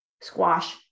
squash